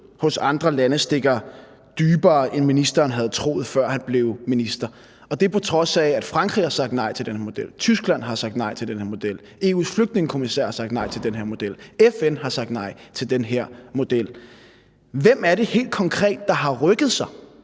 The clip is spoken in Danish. hos andre lande stikker dybere, end ministeren havde troet, før han blev minister. Og det på trods af, at Frankrig har sagt nej til den her model, at Tyskland har sagt nej til den her model, EU's flygtningekommissær har sagt nej til den her model, FN har sagt nej til den her model. Hvem er det helt konkret, der har rykket sig,